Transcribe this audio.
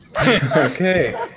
Okay